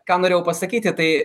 ką norėjau pasakyti tai